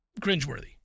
cringeworthy